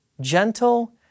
Gentle